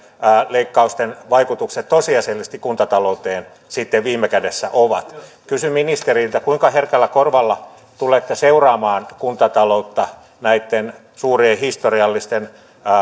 leikkausten vaikutukset tosiasiallisesti kuntatalouteen sitten viime kädessä ovat kysyn ministeriltä kuinka herkällä korvalla tulette seuraamaan kuntataloutta näitten suurien historiallisten